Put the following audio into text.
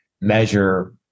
measure